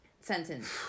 sentence